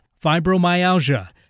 fibromyalgia